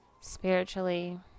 spiritually